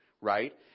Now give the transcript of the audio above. right